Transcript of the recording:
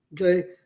okay